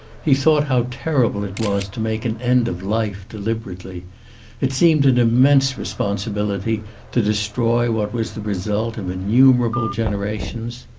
he thought how terrible it was to make an end of life deliberately it seemed an im mense responsibility to destroy what was the result of innumerable generations.